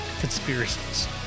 Conspiracies